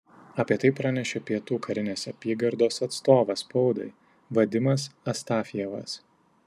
apie tai pranešė pietų karinės apygardos atstovas spaudai vadimas astafjevas